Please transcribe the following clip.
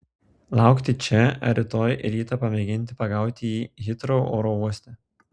laukti čia ar rytoj rytą pamėginti pagauti jį hitrou oro uoste